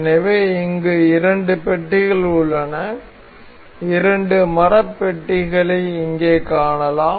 எனக்கு இங்கே இரண்டு பெட்டிகள் உள்ளன இரண்டு மரத் பெட்டிகள் இங்கே காணலாம்